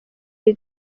iyi